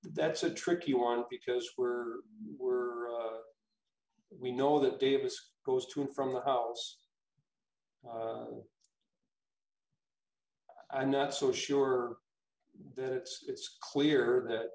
that's a tricky one because we're we're we know that davis goes to and from the house i'm not so sure that it's clear that